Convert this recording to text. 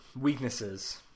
weaknesses